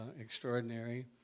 extraordinary